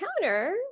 counter